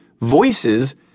Voices